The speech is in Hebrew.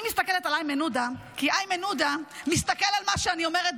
אני מסתכלת על איימן עודה כי איימן עודה מסתכל על מה שאני אומרת,